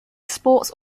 sports